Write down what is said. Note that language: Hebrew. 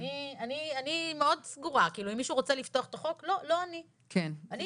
אני מאוד סגורה, כאילו אם